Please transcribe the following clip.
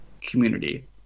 community